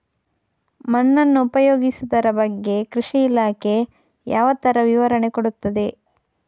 ಮಣ್ಣನ್ನು ಉಪಯೋಗಿಸುದರ ಬಗ್ಗೆ ಕೃಷಿ ಇಲಾಖೆ ಯಾವ ತರ ವಿವರಣೆ ಕೊಡುತ್ತದೆ?